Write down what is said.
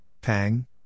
Pang